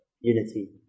unity